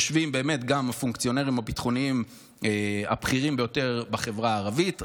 יושבים גם הפונקציונרים הביטחוניים הבכירים ביותר לחברה הערבית,